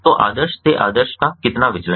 तो आदर्श से आदर्श का कितना विचलन है